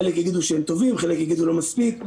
חלק יגידו שהם טובים, חלק יגידו שהם לא מספיקים.